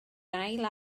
ail